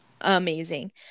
amazing